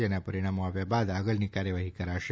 જેના પરીણામો આવ્યા બાદ આગળની કાર્યવાહી કરાશે